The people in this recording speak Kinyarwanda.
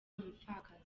umupfakazi